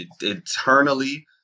eternally